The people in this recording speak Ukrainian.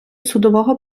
судового